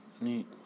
neat